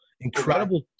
incredible